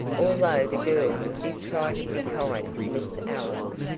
although the girls did try to be kind to miss ellis,